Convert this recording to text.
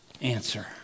answer